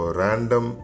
random